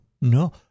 no